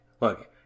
look